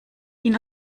ihn